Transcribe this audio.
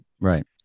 Right